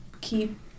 keep